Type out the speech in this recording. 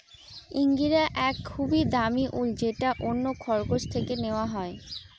ইঙ্গরা এক খুবই দামি উল যেটা অন্য খরগোশ থেকে নেওয়া হয়